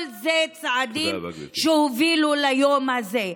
כל אלה צעדים שהובילו ליום הזה.